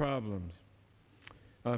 problems